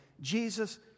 Jesus